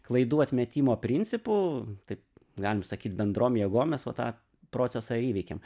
klaidų atmetimo principu taip galim sakyt bendrom jėgom mes va tą procesą įveikėm